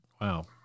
Wow